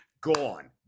gone